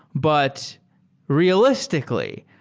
but realis tica lly,